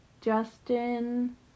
Justin